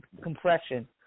compression